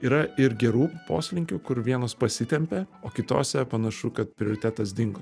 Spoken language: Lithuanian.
yra ir gerų poslinkių kur vienos pasitempia o kitose panašu kad prioritetas dingo